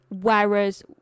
Whereas